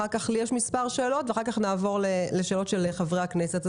אחר כך לי יש מספר שאלות ולאחר מכן נעבור לשאלות של חברי הכנסת.